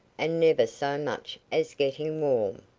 and never so much as getting warm.